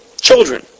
Children